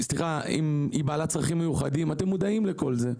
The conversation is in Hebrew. היא בעלת צרכים מיוחדים, אתם מודעים לכל זה.